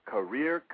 Career